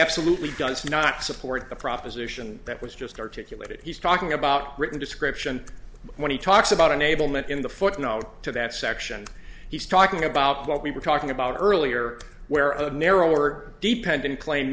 absolutely does not support the proposition that was just articulated he's talking about written description when he talks about enablement in the footnote to that section he's talking about what we were talking about earlier where a narrower dependent claim